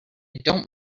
don’t